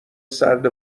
سرد